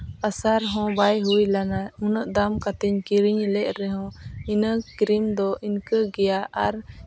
ᱮᱥᱮᱨ ᱦᱚᱸ ᱵᱟᱭ ᱦᱩᱭ ᱞᱮᱱᱟ ᱩᱱᱟᱹᱜ ᱫᱟᱢ ᱠᱟᱛᱤᱧ ᱠᱤᱨᱤᱧ ᱞᱮᱫ ᱨᱮᱦᱚᱸ ᱤᱱᱟᱹ ᱠᱨᱤᱢ ᱫᱚ ᱤᱱᱠᱟᱹ ᱜᱮᱭᱟ ᱟᱨ